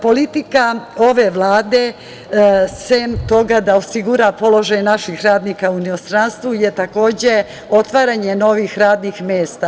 Politika ove Vlade sem toga da osigura položaj naših radnika u inostranstvu je takođe otvaranje novih radnih mesta.